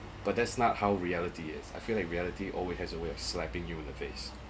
but that's not how reality is I feel like reality always has a way of slapping you in the face